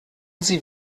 sie